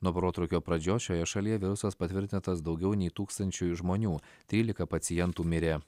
nuo protrūkio pradžios šioje šalyje virusas patvirtintas daugiau nei tūkstančiui žmonių trylika pacientų mirė